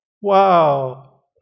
Wow